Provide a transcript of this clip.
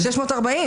מי נמנע?